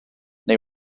neu